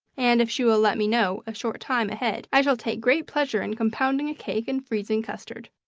and if she will let me know a short time ahead i shall take great pleasure in compounding a cake and freezing custard.